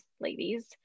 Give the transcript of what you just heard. ladies